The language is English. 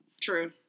True